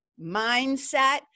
mindset